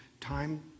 time